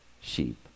sheep